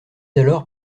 alors